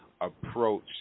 Approach